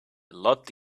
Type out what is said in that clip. lot